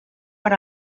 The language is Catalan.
per